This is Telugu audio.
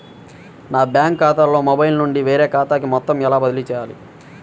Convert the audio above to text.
నా బ్యాంక్ ఖాతాలో మొబైల్ నుండి వేరే ఖాతాకి మొత్తం ఎలా బదిలీ చేయాలి?